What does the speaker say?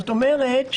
זאת אומרת,